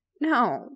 No